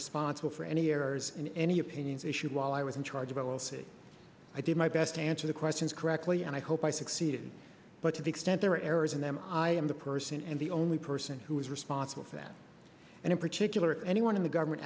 responsible for any errors in any opinions issued while i was in charge of i o c i did my best to answer the questions correctly and i hope i succeeded but to the extent there are errors in them i am the person and the only person who is responsible for that and in particular anyone in the government